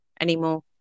anymore